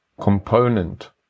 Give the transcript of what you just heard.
component